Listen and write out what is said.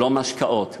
לא משקאות,